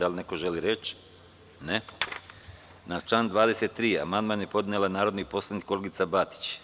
Da li neko želi reč? (Ne) Na član 23. amandman je podnela narodni poslanik Olgica Batić.